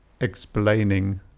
explaining